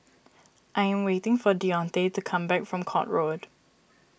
I am waiting for Deonte to come back from Court Road